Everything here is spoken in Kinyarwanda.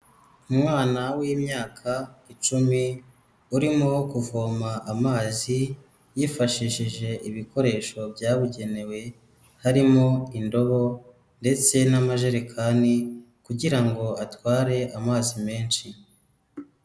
Umwana w'imyaka icumi urimo kuvoma amazi yifashishije ibikoresho byabugenewe harimo indobo ndetse n'amajerekani kugira ngo atware amazi menshi.